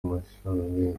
amashami